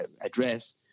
address